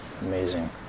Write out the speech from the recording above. Amazing